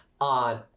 on